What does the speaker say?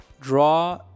draw